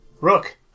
Rook